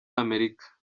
amerika